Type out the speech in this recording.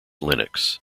linux